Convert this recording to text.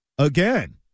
Again